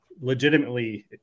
legitimately